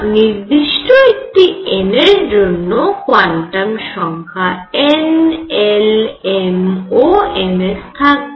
এবার নির্দিষ্ট একটি n এর জন্য কোয়ান্টাম সংখ্যা n l m ও ms থাকবে